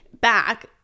back